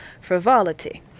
frivolity